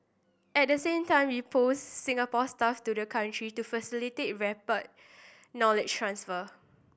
at the same time we posted Singapore staff to the country to facilitate rapid knowledge transfer